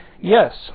Yes